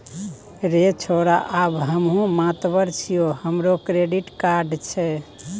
रे छौड़ा आब हमहुँ मातबर छियै हमरो क्रेडिट कार्ड छै